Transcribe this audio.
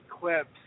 clips